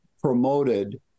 promoted